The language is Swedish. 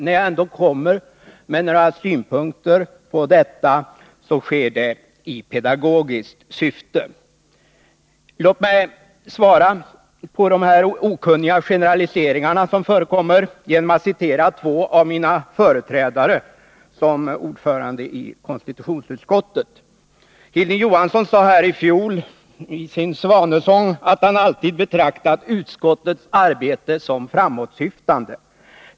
När jag nu ändå framför några synpunkter på detta sker det i pedagogiskt syfte. Låt mig svara på de okunniga generaliseringar som förekommer genom att citera två av mina företrädare som ordförande i konstitutionsutskottet. Hilding Johansson sade i sin ”svanesång” i fjol att han alltid betraktat utskottets arbete som framåtsyftande.